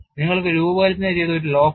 നിങ്ങൾക്ക് രൂപകൽപ്പന ചെയ്ത ഒരു ലോക്ക് ഉണ്ട്